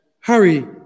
hurry